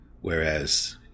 Whereas